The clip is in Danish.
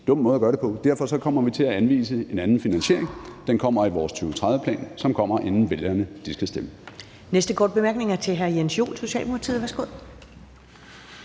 dum måde at gøre det på. Derfor kommer vi til at anvise en anden finansiering. Den indgår i vores 2030-plan, som kommer, inden vælgerne skal stemme.